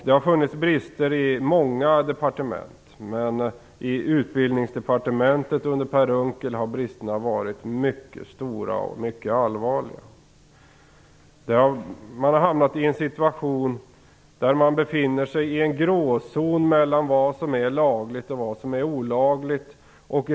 Det har funnits brister i många departement, men under Per Unckel har bristerna i Utbildningsdepartementet varit mycket stora och mycket allvarliga. Man har hamnat i en situation där man befinner sig i en gråzon mellan vad som är lagligt och vad som är olagligt.